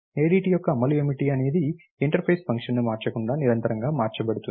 ADT యొక్క అమలు ఏమిటి అనేది ఇంటర్ఫేస్ ఫంక్షన్ను మార్చకుండా నిరంతరంగా మార్చబడుతుంది